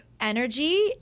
energy